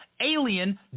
alien